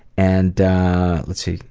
and let's see,